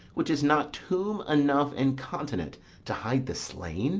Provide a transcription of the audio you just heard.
which is not tomb enough and continent to hide the slain